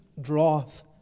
draweth